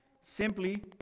simply